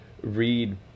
read